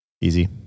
easy